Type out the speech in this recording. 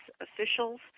officials